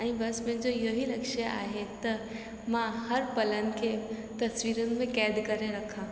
ऐं बसि मुंहिंजो इहो ई लक्ष्य आहे त मां हर पलनि खे तस्वीरुनि में क़ैदि करे रखां